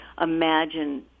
Imagine